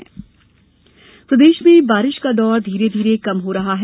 बारिश मौसम प्रदेश में बारिश का दौर धीरे धीरे कम हो रहा है